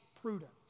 prudence